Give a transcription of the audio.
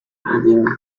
running